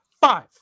Five